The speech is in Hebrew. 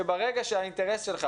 שברגע שהאינטרס שלך,